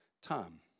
time